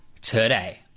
today